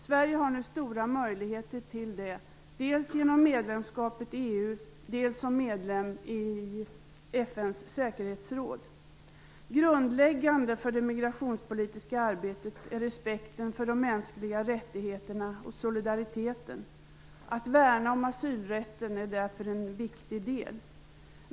Sverige har nu stora möjligheter till det, dels genom medlemskapet i EU, dels som medlem i FN:s säkerhetsråd. Grundläggande för det migrationspolitiska arbetet är respekten för de mänskliga rättigheterna och solidariteten. Att värna om asylrätten är därför en viktigt del.